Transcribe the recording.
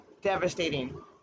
Devastating